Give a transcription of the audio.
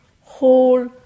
whole